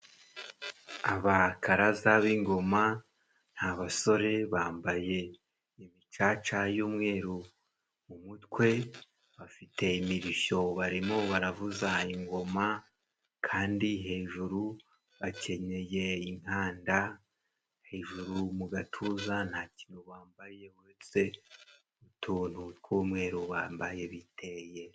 Abakaraza b'ingoma ni abasore bambaye imicaca y'umweru mu mutwe. Bafite imirishyo, barimo baravuza ingoma kandi hejuru bakenyeye inkanda. Hejuru mu gatuza nta kintu bambaye, uretse utuntu tw'umweru bambaye biteye.